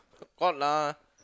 what lah